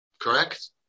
Correct